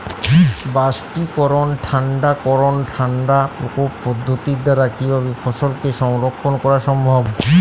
বাষ্পীকরন ঠান্ডা করণ ঠান্ডা প্রকোষ্ঠ পদ্ধতির দ্বারা কিভাবে ফসলকে সংরক্ষণ করা সম্ভব?